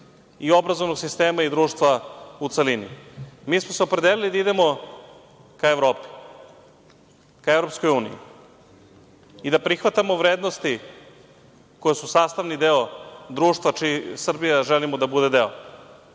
i obrazovnog sistema i društva u celini. Mi smo se opredelili da idemo ka Evropi, ka EU i da prihvatamo vrednosti koje su sastavni deo društva čiji Srbija želimo da bude deo.